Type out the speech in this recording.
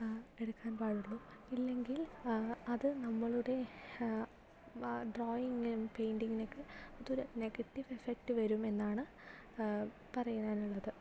എടുക്കാൻ പാടുള്ളൂ ഇല്ലെങ്കിൽ അതു നമ്മളുടെ ഡ്രോയിംഗിനും പെയിന്റിങ്ങിനൊക്കെ അതൊരു നെഗറ്റീവ് എഫക്ട് വരുമെന്നാണ് പറയാനുള്ളത്